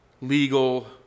legal